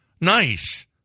Nice